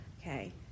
Okay